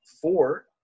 four